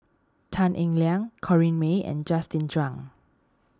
Tan Eng Liang Corrinne May and Justin Zhuang